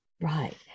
Right